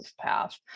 path